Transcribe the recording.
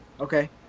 Okay